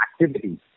activities